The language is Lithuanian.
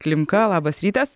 klimka labas rytas